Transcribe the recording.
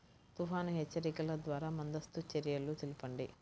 తుఫాను హెచ్చరికల ద్వార ముందస్తు చర్యలు తెలపండి?